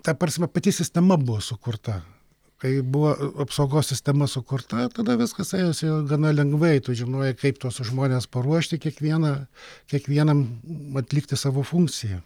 ta prasme pati sistema buvo sukurta kai buvo apsaugos sistema sukurta tada viskas ėjosi gana lengvai tu žinojai kaip tuos žmones paruošti kiekvieną kiekvienam atlikti savo funkciją